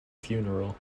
funeral